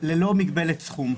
ללא מגבלת סכום,